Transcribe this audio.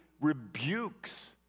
rebukes